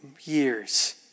years